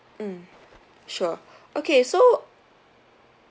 mm sure okay so